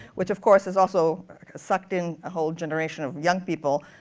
which, of course, has also sucked in a whole generation of young people,